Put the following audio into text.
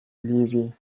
ливии